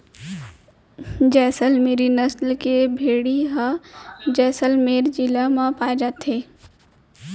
जैसल मेरी नसल के भेड़ी ह जैसलमेर जिला म पाए जाथे